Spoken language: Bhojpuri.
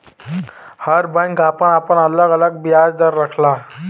हर बैंक आपन आपन अलग अलग बियाज दर रखला